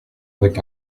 avec